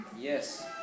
Yes